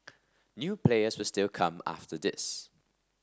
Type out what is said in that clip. new players still come after this